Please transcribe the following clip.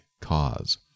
cause